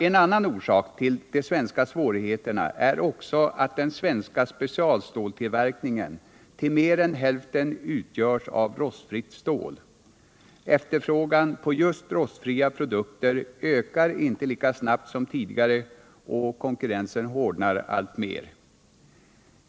En annan orsak till de svenska svårigheterna är att den svenska specialståltillverkningen till mer än hälften utgörs av rostfritt stål. Efterfrågan på just rostfria produkter ökar inte lika snabbt som tidigare, och konkurrensen hårdnar alltmer.